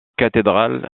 cathédrale